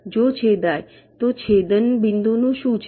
જો છેદાય તો છેદન બિંદુ નું શું છે